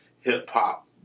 hip-hop